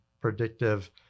predictive